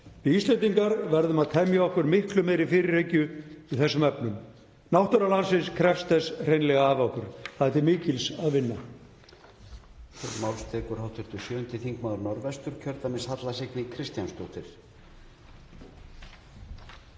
Íslendingar verðum að temja okkur miklu meiri fyrirhyggju í þessum efnum. Náttúra landsins krefst þess hreinlega af okkur. Það er til mikils að vinna.